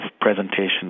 presentation